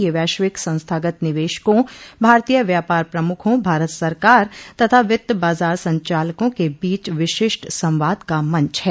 यह वैश्विक संस्थागत निवेशकों भारतीय व्यापार प्रमुखों भारत सरकार तथा वित्त बाजार संचालकों के बीच विशिष्ट संवाद का मंच है